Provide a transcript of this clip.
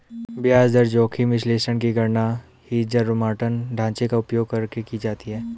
ब्याज दर जोखिम विश्लेषण की गणना हीथजारोमॉर्टन ढांचे का उपयोग करके की जाती है